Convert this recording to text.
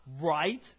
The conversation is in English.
right